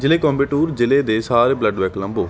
ਜ਼ਿਲ੍ਹੇ ਕੋਇੰਬਟੂਰ ਜ਼ਿਲ੍ਹੇ ਦੇ ਸਾਰੇ ਬਲੱਡ ਬੈਂਕ ਲੱਭੋ